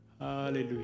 Hallelujah